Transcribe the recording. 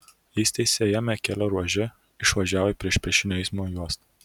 jis tiesiajame kelio ruože išvažiavo į priešpriešinio eismo juostą